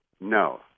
no